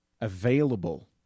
available